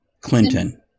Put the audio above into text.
Clinton